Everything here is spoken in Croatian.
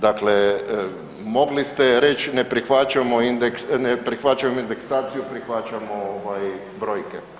Dakle, mogli ste reći ne prihvaćamo indeksaciju, prihvaćamo brojke.